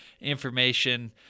information